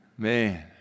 Man